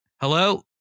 Hello